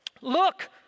look